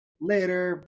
Later